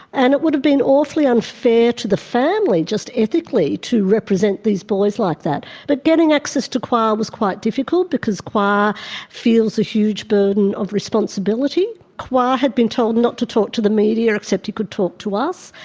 and it would have been awfully unfair to the family just ethically to represent these boys like that. but getting access to khoa was quite difficult because khoa feels a huge burden of responsibility. khoa had been told not to talk to the media except he could talk to us,